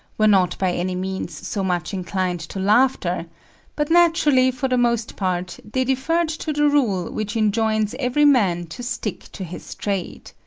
were not by any means so much inclined to laughter but naturally, for the most part, they deferred to the rule which enjoins every man to stick to his trade.